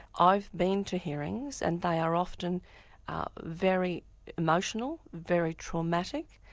i've been to hearings and they are often very emotional, very traumatic,